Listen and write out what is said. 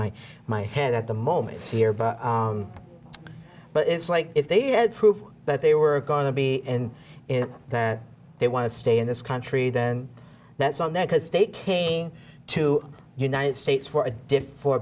my my head at the moment here but but it's like if they did prove that they were going to be and that they want to stay in this country then that's on them because they came to united states for